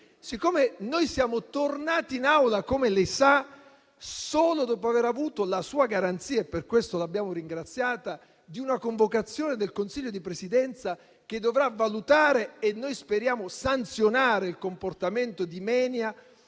Siccome noi siamo tornati in Aula, come lei sa, solo dopo aver avuto la sua garanzia - e per questo l'abbiamo ringraziata - di una convocazione del Consiglio di Presidenza che dovrà valutare e noi speriamo sanzionare il comportamento del